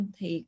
Thì